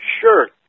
Sure